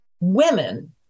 women